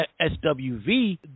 SWV